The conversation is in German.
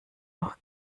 noch